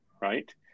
right